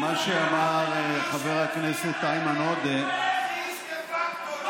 כל עוד לא תכניס דה פקטו,